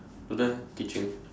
don't know eh teaching